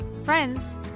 friends